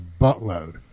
buttload